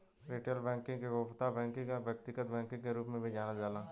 retail banking के उपभोक्ता banking या व्यक्तिगत बैंकिंग के रूप में भी जानल जाला